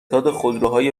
خودروهای